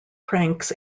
pranks